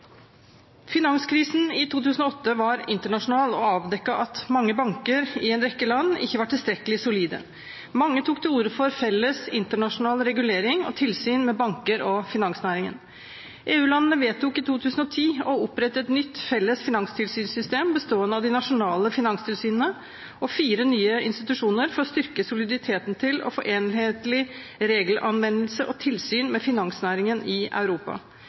Finanskrisen i 2008 var internasjonal og avdekket at mange banker i en rekke land ikke var tilstrekkelig solide. Mange tok til orde for felles internasjonal regulering og tilsyn med banker og finansnæringen. EU-landene vedtok i 2010 å opprette et nytt, felles finanstilsynssystem, bestående av de nasjonale finanstilsynene og fire nye institusjoner, for å styrke soliditeten til og få enhetlig regelanvendelse og tilsyn med finansnæringen i Europa.